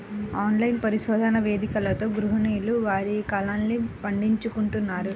online పరిశోధన వేదికలతో గృహిణులు వారి కలల్ని పండించుకుంటున్నారు